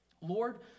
Lord